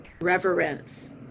reverence